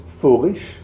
foolish